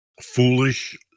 foolish